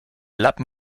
lappen